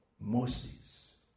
Moses